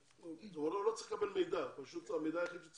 הוא לא צריך לקבל מידע אלא המידע היחיד שהוא צריך